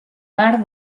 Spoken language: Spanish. mar